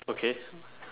okay